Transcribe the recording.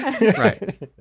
right